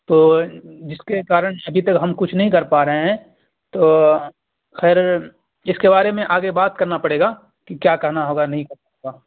تو جس کے کارن ابھی تک ہم کچھ نہیں کر پا رہے ہیں تو خیر اس کے بارے میں آگے بات کرنا پڑے گا کہ کیا کرنا ہوگا نہیں کرنا ہوگا